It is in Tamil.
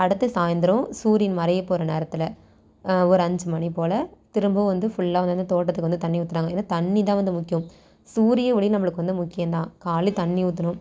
அடுத்து சாயந்தரம் சூரியன் மறைய போகிற நேரத்தில் ஒரு அஞ்சு மணிபோல் திரும்பவும் வந்து ஃபுல்லாக வந்து அந்த தோட்டத்துக்கு வந்து தண்ணி ஊற்றுனாங்க ஏன்னா தண்ணிதான் வந்து முக்கியம் சூரிய ஒளி நம்மளுக்கு வந்து முக்கியம் தான் காலைலே தண்ணி ஊற்றணும்